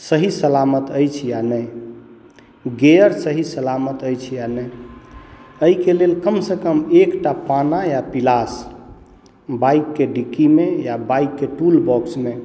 सही सलामत अछि या नहि गेयर सही सलामत अछि या नहि एहिके लेल कमसँ कम एकटा पाना या पिलास बाइकके डिक्कीमे या बाइकके टूल बॉक्समे